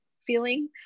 feeling